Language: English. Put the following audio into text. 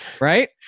right